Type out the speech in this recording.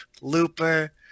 looper